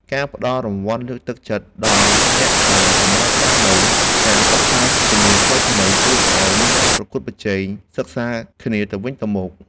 ការផ្តល់រង្វាន់លើកទឹកចិត្តដល់អ្នកដែលសម្រេចបាននូវការសិក្សាជំនាញថ្មីៗជួយឱ្យមានការប្រកួតប្រជែងសិក្សាគ្នាទៅវិញទៅមក។